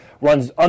runs